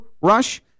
Rush –